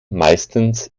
meistens